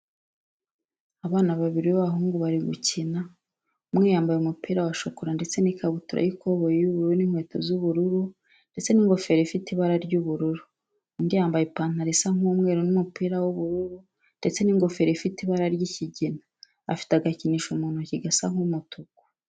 Abana babiri b'abahungu bari gukina, umwe yambaye umupira wa shokora ndetse n'ikabutura y'ikoboyi y'ubururu n'inkweto z'ubururu ndetse n'ingofero ifite ibara ry'ubururu, undi yambaye ipantaro isa nk'umweru n'umupira w'ubururu ndetse n'ingofero ifite ibara ry'ikigina, afite agakinisho mu ntoki gasa nk'umutuku.